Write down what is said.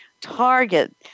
target